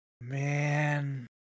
man